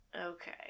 okay